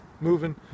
moving